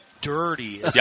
dirty